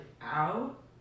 out